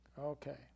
Okay